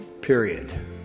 period